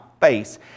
face